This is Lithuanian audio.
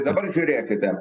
dabar žiūrėkite